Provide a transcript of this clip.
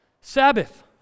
Sabbath